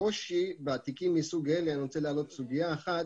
הקושי בתיקים מסוג זה אני רוצה להעלות סוגיה אחת